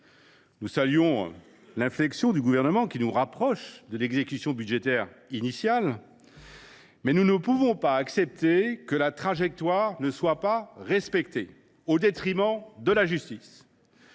Nous saluons l’inflexion du Gouvernement, qui nous rapproche de l’exécution budgétaire prévue, mais nous ne pouvons pas accepter que la trajectoire ne soit pas respectée, car cela se fait au détriment de la justice.